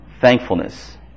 thankfulness